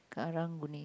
Karang-Guni